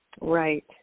Right